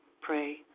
pray